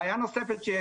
בעיה נוספת.